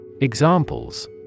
Examples